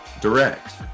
direct